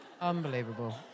Unbelievable